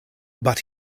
but